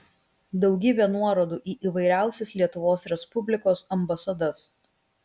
daugybė nuorodų į įvairiausias lietuvos respublikos ambasadas